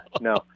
no